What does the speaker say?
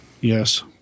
Yes